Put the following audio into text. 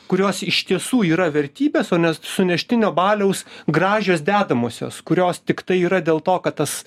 kurios iš tiesų yra vertybės o ne s suneštinio baliaus gražios dedamosios kurios tiktai yra dėl to kad tas